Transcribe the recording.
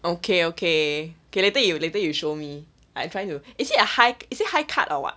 okay okay okay you later you show me I try to is it a high is it high cut or what